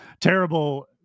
Terrible